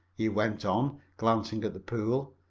he went on, glancing at the pool.